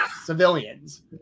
civilians